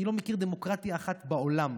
אני לא מכיר דמוקרטיה אחת בעולם